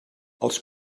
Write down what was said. els